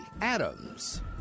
Adams